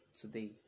Today